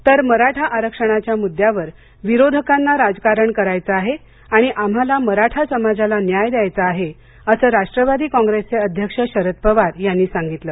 तर मराठा आरक्षणाच्या मुद्दयावर विरोधकांना राजकारण करायचं आहे आणि आम्हाला मराठा समाजाला न्याय द्यायचा आहे असं राष्ट्रवादी काँग्रेसचे अध्यक्ष शरद पवार यांनी सांगितलं